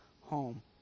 home